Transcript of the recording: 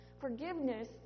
Forgiveness